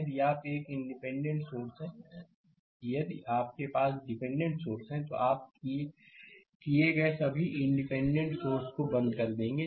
यदि आप एक डिपेंडेंट सोर्स हैं यदि आपके पास डिपेंडेंट सोर्स हैं तो आप किए गए सभी इंडिपेंडेंट सोर्सेस को बंद कर देंगे